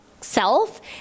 self